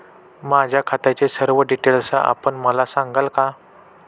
माझ्या खात्याचे सर्व डिटेल्स आपण मला सांगाल का?